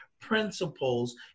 principles